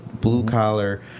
blue-collar